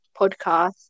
podcast